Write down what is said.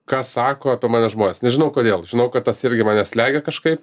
ką sako apie mane žmonės nežinau kodėl žinau kad tas irgi mane slegia kažkaip